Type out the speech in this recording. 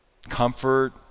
Comfort